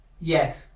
Yes